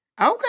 Okay